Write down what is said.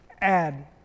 add